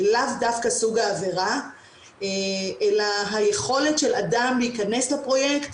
לאו דווקא סוג העבירה אלא היכולת של אדם להיכנס לפרויקט,